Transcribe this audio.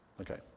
Okay